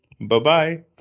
bye-bye